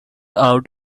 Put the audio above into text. out